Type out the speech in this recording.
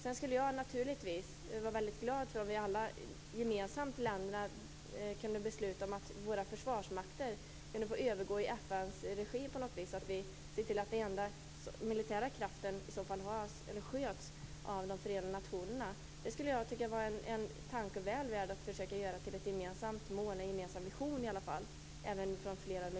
Jag skulle bli väldigt glad om länderna gemensamt kunde besluta om att var och ens försvarsmakt skulle gå över i FN:s regi och om att den enda militära kraften skulle skötas av Förenta nationerna. Det är en tanke väl värd att försöka göra till ett gemensamt mål - i alla fall till en gemensam vision - även för flera än